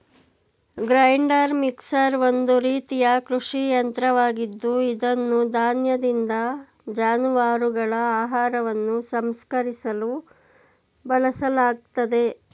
grinder mixer ಒಂದು ರೀತಿಯ ಕೃಷಿ ಯಂತ್ರವಾಗಿದ್ದು ಇದನ್ನು ಧಾನ್ಯದಿಂದ ಜಾನುವಾರುಗಳ ಆಹಾರವನ್ನು ಸಂಸ್ಕರಿಸಲು ಬಳಸಲಾಗ್ತದೆ